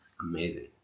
amazing